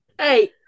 Hey